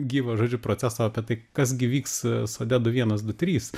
gyvo žodžiu proceso apie tai kas gi vyks sode du vienas du trys